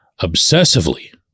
obsessively